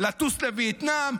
לטוס לווייטנאם,